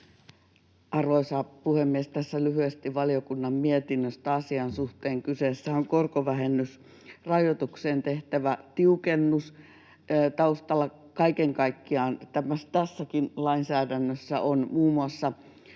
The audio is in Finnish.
Arvoisa puhemies! Tässä lyhyesti valiokunnan mietinnöstä asian suhteen. Kyseessä on korkovähennysrajoitukseen tehtävä tiukennus. Taustalla kaiken kaikkiaan tässäkin lainsäädännössä on muun muassa